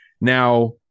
Now